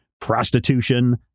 prostitution